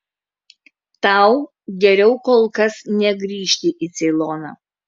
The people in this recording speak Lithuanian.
tau geriau kol kas negrįžti į ceiloną